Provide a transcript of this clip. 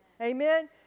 amen